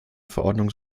verordnung